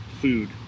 food